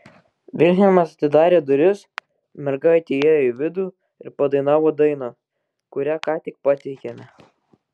vilhelmas atidarė duris mergaitė įėjo į vidų ir padainavo dainą kurią ką tik pateikėme